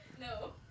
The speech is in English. No